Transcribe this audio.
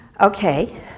okay